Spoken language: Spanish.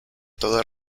toda